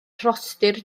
rhostir